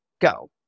go